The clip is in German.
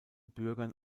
bürgern